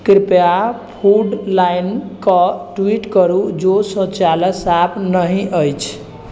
कृपया food line कऽ tweet करू जो शौचालय साफ नहि अछि